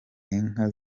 inka